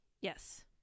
Yes